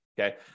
okay